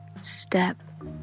step